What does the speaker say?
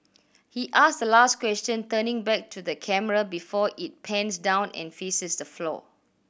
he ask the last question turning back to the camera before it pans down and faces the floor